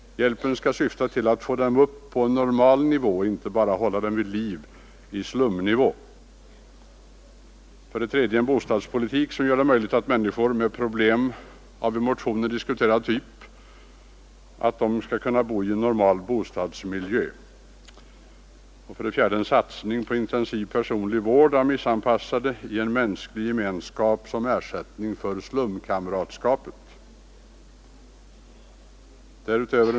Hjälpen skall syfta till att få dem upp på en normal nivå, inte bara att hålla dem vid liv i slumnivå. 3. En bostadspolitik som gör det möjligt för människor med problem av i motionen diskuterad typ att bo i normal bostadsmiljö. 4. Satsning på intensiv personlig vård av missanpassade i en mänsklig gemenskap som ersättning för stumkamratskapen. 5.